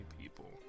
people